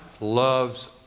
loves